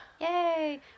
Yay